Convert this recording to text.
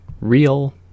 real